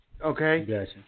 Okay